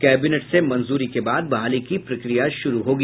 cabinet से मंजूरी के बाद बहाली की प्रक्रिया शुरू होगी